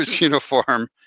uniform